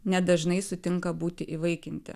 nedažnai sutinka būti įvaikinti